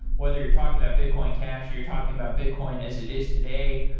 whether you're talking about bitcoin cash, or you're talking about bitcoin as it is today,